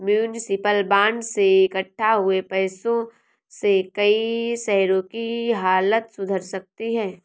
municipal bond से इक्कठा हुए पैसों से कई शहरों की हालत सुधर सकती है